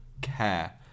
care